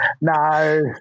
No